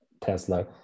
Tesla